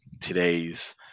today's